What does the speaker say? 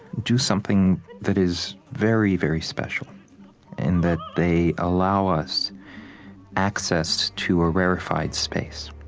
do something that is very, very special in that they allow us access to a rarefied space,